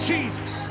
Jesus